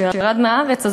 כשהוא ירד מהארץ,